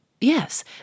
Yes